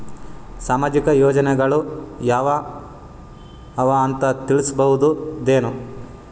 ಸಾಮಾಜಿಕ ಯೋಜನೆಗಳು ಯಾವ ಅವ ಅಂತ ತಿಳಸಬಹುದೇನು?